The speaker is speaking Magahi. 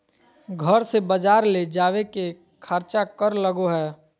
घर से बजार ले जावे के खर्चा कर लगो है?